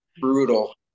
brutal